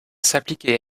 s’appliquer